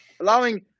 allowing